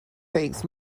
takes